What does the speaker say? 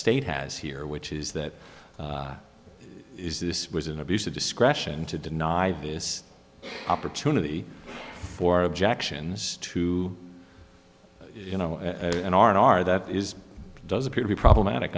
state has here which is that this was an abuse of discretion to deny this opportunity for objections to you know an r and r that is does appear to be problematic